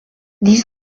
dix